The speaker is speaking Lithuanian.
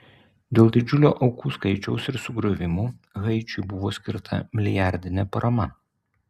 dėl didžiulio aukų skaičiaus ir sugriovimų haičiui buvo skirta milijardinė parama